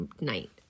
night